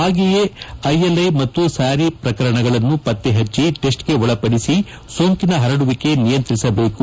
ಹಾಗೆಯೇ I L I ಮತ್ತು SARI ಪ್ರಕರಣಗಳನ್ನು ಪತ್ತೆಹಚ್ಚಿ ಟಿಸ್ಟ್ ಗೆ ಒಳಪಡಿಸಿ ಸೋಂಕಿನ ಹರಡುವಿಕೆ ನಿಯಂತ್ರಿಸಬೇಕು